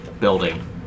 building